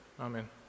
Amen